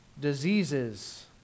diseases